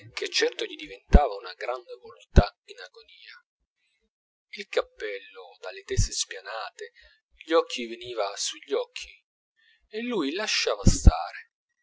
che certo gli diventava una grande voluttà in agonia il cappello dalle tese spianate gli veniva sugli occhi e lui lasciava stare